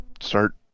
start